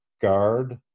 guard